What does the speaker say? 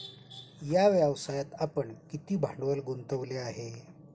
या व्यवसायात आपण किती भांडवल गुंतवले आहे?